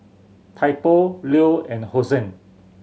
Typo Leo and Hosen